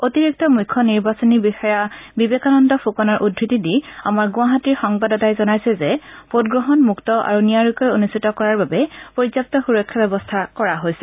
অতিৰিক্ত মুখ্য নিৰ্বাচনী বিষয়া বিবেকানন্দ ফুকনৰ উদ্ধতি দি আমাৰ গুৱাহাটী সংবাদদাতাই জনাইছে যে ভোটগ্ৰহণ মুক্ত আৰু নিয়াৰিকৈ অনুষ্ঠিত কৰাৰ বাবে পৰ্যাপ্ত সূৰক্ষা ব্যৱস্থা কৰা হৈছে